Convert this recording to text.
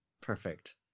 perfect